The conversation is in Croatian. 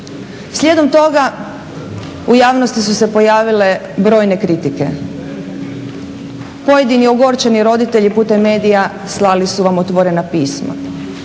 Slijedom toga u javnosti su se pojavile brojne kritike, pojedini ogorčeni roditelji putem medija slali su vam otvorena pisma.